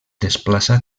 desplaça